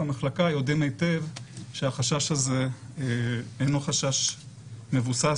המחלקה יודעים היטב שהחשש הזה אינו חשש מבוסס